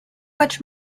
much